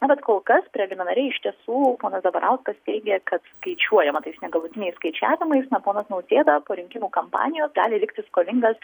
na bet kol kas preliminariai iš tiesų ponas zabarauskas teigė kad skaičiuojama tais negalutiniais skaičiavimais na ponas nausėda po rinkimų kampanijos gali likti skolingas